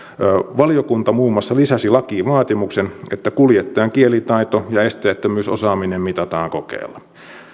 valiokunta muun muassa lisäsi lakiin vaatimuksen että kuljettajan kielitaito ja esteettömyysosaaminen mitataan kokeella